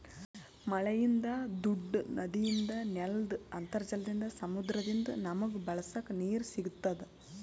ಮಳಿಯಿಂದ್, ದೂಡ್ಡ ನದಿಯಿಂದ್, ನೆಲ್ದ್ ಅಂತರ್ಜಲದಿಂದ್, ಸಮುದ್ರದಿಂದ್ ನಮಗ್ ಬಳಸಕ್ ನೀರ್ ಸಿಗತ್ತದ್